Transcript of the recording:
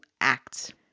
act